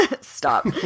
Stop